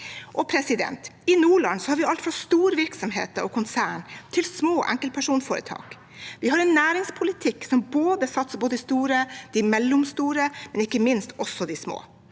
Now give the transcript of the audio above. første krone. I Nordland har vi alt fra store virksomheter og konserner til små enkeltpersonforetak. Vi har en næringspolitikk som satser på både de store, de mellomstore og ikke minst også de små.